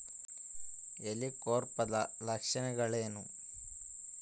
ಹೆಲಿಕೋವರ್ಪದ ಲಕ್ಷಣಗಳೇನು?